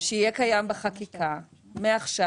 שיהיה קיים בחקיקה מעכשיו